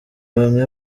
bamwe